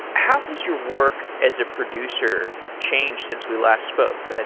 how has your work as a producer change since we last spoke?